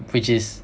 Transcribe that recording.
which is